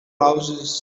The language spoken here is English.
louses